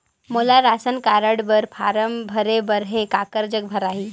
मोला ration card बर form भरे बर हे काकर जग भराही?